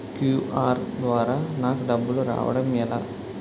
QR ద్వారా నాకు డబ్బులు రావడం ఎలా?